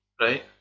Right